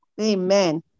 Amen